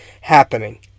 happening